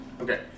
Okay